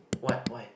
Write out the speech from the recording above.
what why